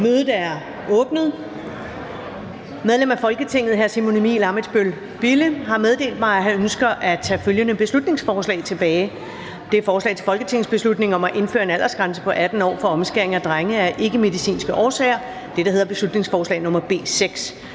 Mødet er åbnet. Medlem af Folketinget hr. Simon Emil Ammitzbøll-Bille (UFG) har meddelt mig, at han ønsker at tage følgende beslutningsforslag tilbage: Forslag til folketingsbeslutning om at indføre en aldersgrænse på 18 år for omskæring af drenge af ikkemedicinske årsager. (Beslutningsforslag nr.